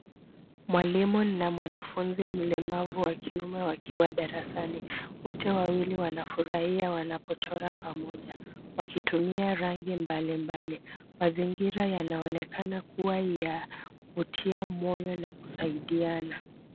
Mwalimu na mwanafunzi mlemavu wa kiume wakiwa darasani. Wote wawili wanafurahia wanapochora pamoja. Wakitumia rangi mbalimbali. Mazingira yanaonekana kuwa ya kutia moyo na kusaidiana.